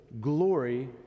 glory